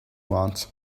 want